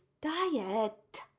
diet